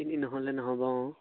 এনে নহ'লে নহ'ব অঁ